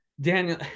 Daniel